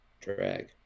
drag